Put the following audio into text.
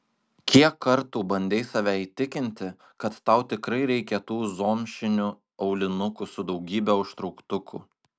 kiek kartų bandei save įtikinti kad tau tikrai reikia tų zomšinių aulinukų su daugybe užtrauktukų